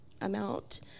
amount